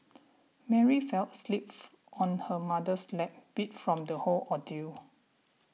Mary fell asleep on her mother's lap beat from the whole ordeal